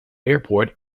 airport